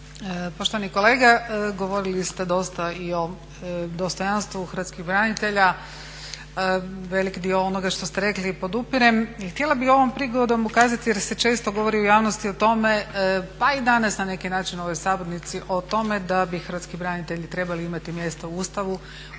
Poštovani kolega govorili ste dosta i o dostojanstvu hrvatskih branitelja. Velik dio onoga što ste rekli i podupirem. I htjela bih ovom prigodom ukazati jer se često govori u javnosti o tome pa i danas na neki način u ovoj sabornici o tome da bi hrvatski branitelji trebali imati mjesta u Ustavu.